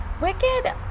Wicked